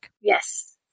Yes